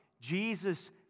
Jesus